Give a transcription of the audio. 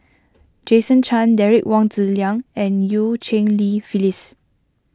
Jason Chan Derek Wong Zi Liang and Eu Cheng Li Phyllis